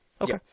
Okay